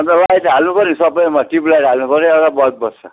अन्त लाइट हाल्नु पऱ्यो नि सबैमा ट्युबलाइट हाल्नु पऱ्यो एउटा बल्ब बस्छ